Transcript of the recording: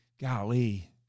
golly –